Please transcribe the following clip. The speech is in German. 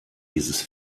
dieses